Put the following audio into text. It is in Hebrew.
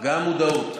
גם מודעות, גם מודעות.